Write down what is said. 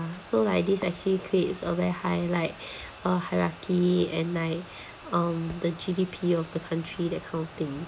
so like this actually creates a very high like a hierarchy and like um the G_D_P of the country that kind of thing